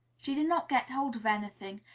she did not get hold of anything,